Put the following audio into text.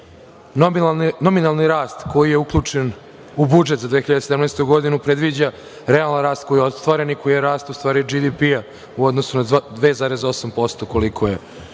Nominalni rast koji je uključen u budžet za 2017. godinu predviđa realan rast koji je ostvaren i koji je rast, u stvari, BDP u odnosu na 2,8%, koliko je